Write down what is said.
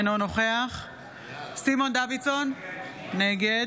אינו נוכח סימון דוידסון, נגד